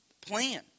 plan